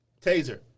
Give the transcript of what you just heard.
taser